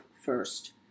first